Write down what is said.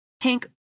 Hank